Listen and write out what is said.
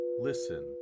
listen